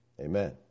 Amen